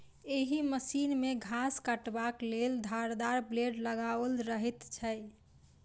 एहि मशीन मे घास काटबाक लेल धारदार ब्लेड लगाओल रहैत छै